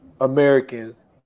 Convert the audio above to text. Americans